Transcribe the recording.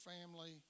family